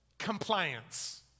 Compliance